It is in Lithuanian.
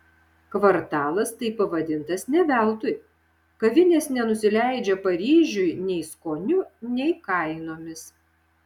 kvartalas taip pavadintas ne veltui kavinės nenusileidžia paryžiui nei skoniu nei kainomis